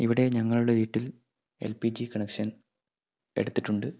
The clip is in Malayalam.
ഇവിടെ ഞങ്ങളുടെ വീട്ടിൽ എൽ പി ജി കണക്ഷൻ എടുത്തിട്ടുണ്ട്